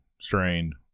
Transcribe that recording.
strained